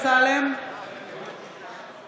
(קוראת בשמות חברי הכנסת)